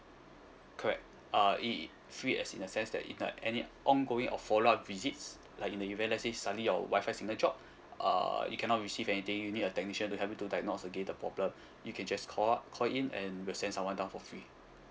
correct uh i~ free as in a sense that in a any ongoing or follow up visits like in the event let's say suddenly your wifi signal drop uh you cannot receive anything you need a technician to help you to diagnose again the problem you can just call up call in and we'll send someone down for free